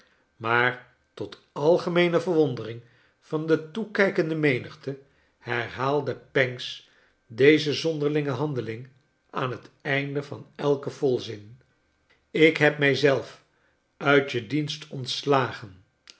maar tot algemeene verwondering van de toekijkende menigte herhaalde pancks deze zonderlinge handeling aan het einde van elken volzin ik heb mij zelf uit je dienst ontslagen